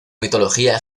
mitología